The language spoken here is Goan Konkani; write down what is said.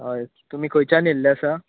हय तुमी खंयच्यान येल्ले आसा